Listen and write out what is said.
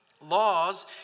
Laws